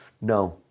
no